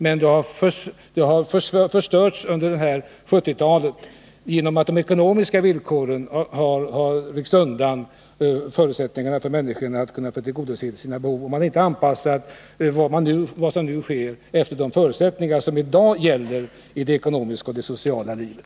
Men det har förstörts under 1970-talet genom att de ekonomiska villkoren har ryckts undan och därmed förutsättningarna för människorna att kunna tillgodose sitt boendebehov. Man har inte anpassat vad som nu sker efter de förutsättningar som i dag gäller inom det ekonomiska och sociala livet.